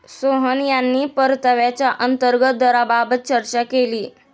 सोहन यांनी परताव्याच्या अंतर्गत दराबाबत चर्चा केली